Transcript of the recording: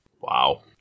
Wow